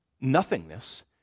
nothingness